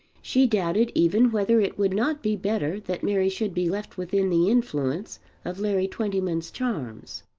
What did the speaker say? she doubted even whether it would not be better that mary should be left within the influence of larry twentyman's charms.